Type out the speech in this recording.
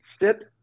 sit